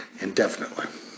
indefinitely